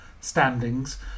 standings